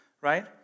right